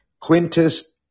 Quintus